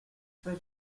for